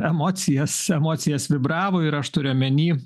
emocijas emocijas vibravo ir aš turiu omeny